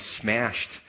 smashed